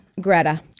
greta